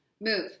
move